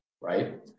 right